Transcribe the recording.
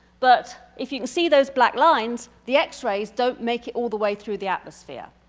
but if you can see those black like and the x-rays don't make it all the way through the atmosphere.